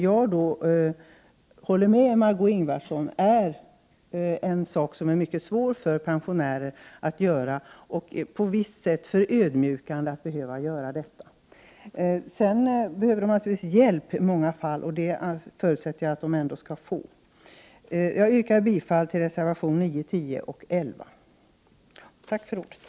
Jag håller med Margö Ingvardsson om att det är mycket svårt och förödmjukande för pensionärerna att behöva be om en sådan. Sedan behöver de naturligtvis hjälp i många fall, och jag förutsätter att de ändå skall få det. Jag yrkar bifall till reservationerna 9, 10 och 11. Tack för ordet!